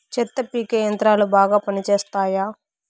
చెత్త పీకే యంత్రాలు బాగా పనిచేస్తాయా?